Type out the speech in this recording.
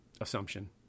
assumption